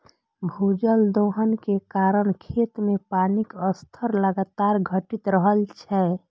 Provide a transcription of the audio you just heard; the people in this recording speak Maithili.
भूजल दोहन के कारण खेत मे पानिक स्तर लगातार घटि रहल छै